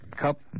Cup